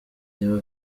reba